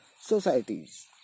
societies